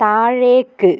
താഴേക്ക്